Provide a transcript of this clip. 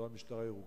לא על משטרה ירוקה.